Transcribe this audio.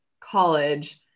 college